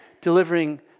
delivering